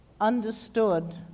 understood